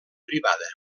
privada